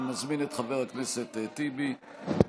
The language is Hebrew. אני מזמין את חבר הכנסת טיבי, בבקשה.